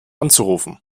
anzurufen